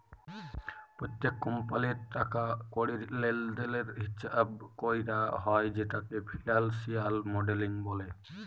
প্যত্তেক কমপালির টাকা কড়ির লেলদেলের হিচাব ক্যরা হ্যয় যেটকে ফিলালসিয়াল মডেলিং ব্যলে